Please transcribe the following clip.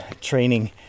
training